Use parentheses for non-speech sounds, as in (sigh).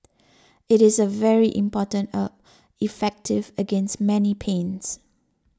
it is a very important herb (hesitation) effective against many pains